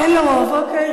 אין לו רוב, אוקיי.